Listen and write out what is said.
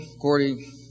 Gordy